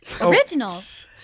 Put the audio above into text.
originals